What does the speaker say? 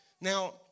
Now